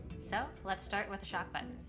so let's start with the shock button.